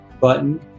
button